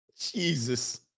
Jesus